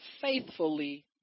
faithfully